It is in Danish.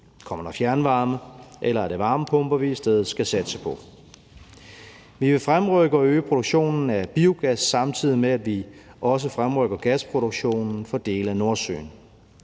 Kommer der fjernvarme, eller er det varmepumper, vi i stedet skal satse på? Vi vil fremrykke og øge produktionen af biogas, samtidig med at vi også fremrykker gasproduktionen for dele af Nordsøen.